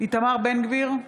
איתמר בן גביר,